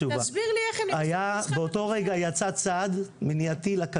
תסביר לי איך הם נכנסו למשחק כדורסל?